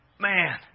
Man